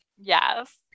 Yes